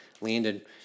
landed –